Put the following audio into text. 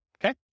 okay